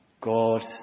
God